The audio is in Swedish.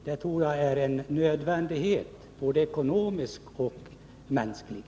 Det tror jag är en både mänsklig och ekonomisk nödvändighet.